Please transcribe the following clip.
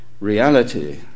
Reality